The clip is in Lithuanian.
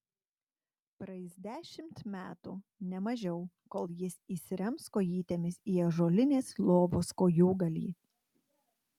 praeis dešimt metų ne mažiau kol jis įsirems kojytėmis į ąžuolinės lovos kojūgalį